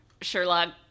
sherlock